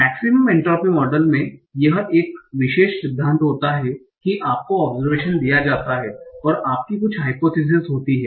maximum entropy model में यह विशेष सिद्धांत होता है कि आपको ओब्सेर्वेशन दिया जाता है और आपकी कुछ हाइपोथीसिस होती है